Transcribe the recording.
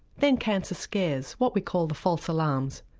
then cancer scares, what we call the false alarms.